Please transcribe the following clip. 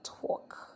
talk